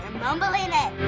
mumbling it.